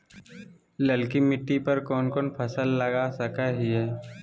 ललकी मिट्टी पर कोन कोन फसल लगा सकय हियय?